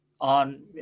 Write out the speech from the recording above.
on